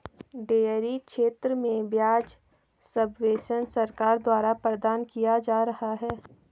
dairy क्षेत्र में ब्याज सब्वेंशन सरकार द्वारा प्रदान किया जा रहा है